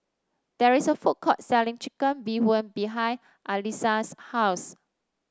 there is a food court selling Chicken Bee Hoon behind Alissa's house